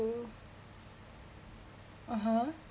(uh huh)